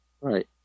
Right